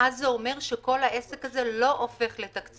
ואז זה אומר שכל העסק הזה לא הופך לתקציבי.